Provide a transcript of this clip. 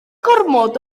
gormod